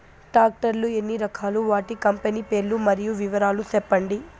Tractor లు ఎన్ని రకాలు? వాటి కంపెని పేర్లు మరియు వివరాలు సెప్పండి?